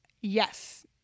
Yes